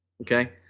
Okay